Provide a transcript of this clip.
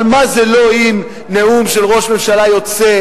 אבל מה זה אם לא נאום של ראש ממשלה יוצא,